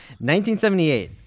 1978